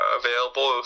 available